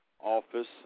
office